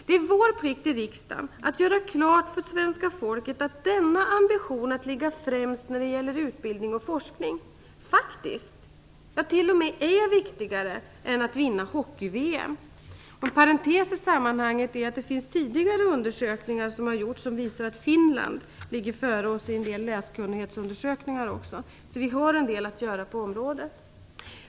Det är vår plikt här i riksdagen att göra klart för svenska folket att denna ambition att ligga främst när det gäller utbildning och forskning faktiskt t.o.m. är viktigare än att vinna hockey-VM. En parentes i sammanhanget är att det finns tidigare undersökningar som gjorts som visar att Finland ligger före oss också i en del läskunnighetsundersökningar. Vi har en del att göra på området.